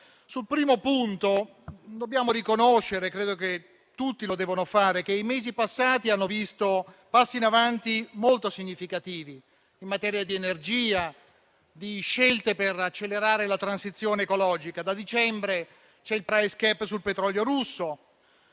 Sul primo punto credo che tutti debbano riconoscere che i mesi passati hanno visto passi in avanti molto significativi in materia di energia, di scelte per accelerare la transizione ecologica: da dicembre c'è il *price cap* sul petrolio russo;